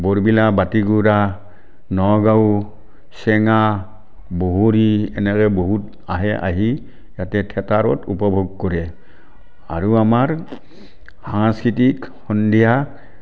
বৰবীণা বাতিগুড়া নগাঁও চেঙা বহৰি এনেকৈ বহুত আহে আহি ইয়াতে থিয়েটাৰত উপভোগ কৰে আৰু আমাৰ সাংস্কৃতিক সন্ধিয়া